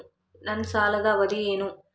ನನ್ನ ಸಾಲದ ಅವಧಿ ಏನು?